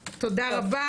לא.